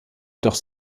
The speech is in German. doch